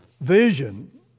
vision